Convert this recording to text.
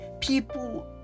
People